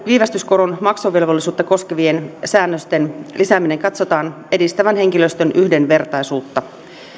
viivästyskoron maksuvelvollisuutta koskevien säännösten lisäämisen katsotaan edistävän henkilöstön yhdenvertaisuutta